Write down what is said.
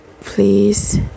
Please